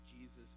Jesus